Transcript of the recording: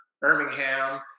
Birmingham